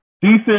Decent